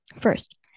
First